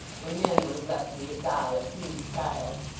when men would have left me to die, a puny child?